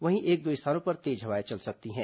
वहीं एक दो स्थानों पर तेज हवाएं चल सकती हैं